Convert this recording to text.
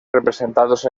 representados